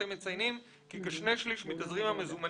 אתם רק מציינים שכשני שליש מתזרים המזומנים